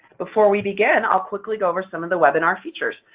before we begin, i'll quickly go over some of the webinar features.